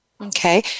Okay